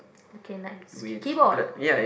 okay nice keyboard